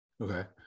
Okay